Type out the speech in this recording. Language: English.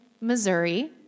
Missouri